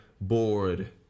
bored